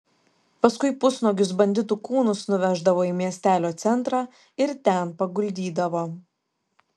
paskui pusnuogius banditų kūnus nuveždavo į miestelio centrą ir ten paguldydavo